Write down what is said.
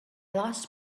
lost